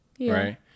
right